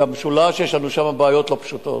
במשולש יש לנו בעיות לא פשוטות,